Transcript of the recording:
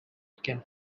can